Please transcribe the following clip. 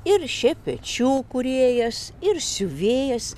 ir šepečių kūrėjas ir siuvėjas